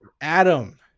Adam